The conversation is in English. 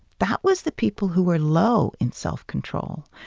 that was the people who were low in self-control,